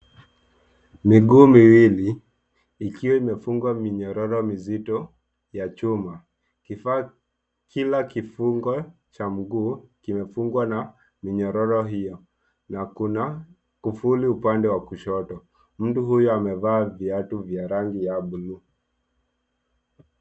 Miguu miwili ikiwa imefungwa minyororo mizito ya chuma. Kila kifungo cha mguu kimefungwa na minyororo hiyo na kuna kufuli upande wa kushoto. Mtu huyu amevaa viatu vya rangi ya bluu.